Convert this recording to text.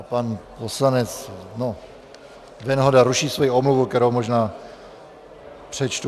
Pan poslanec Venhoda ruší svoji omluvu, kterou možná přečtu.